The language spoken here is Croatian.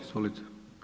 Izvolite.